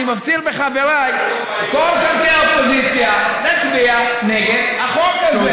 אני מפציר בחבריי מכל חלקי האופוזיציה להצביע נגד החוק הזה.